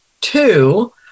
two